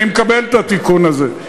אני מקבל את התיקון הזה.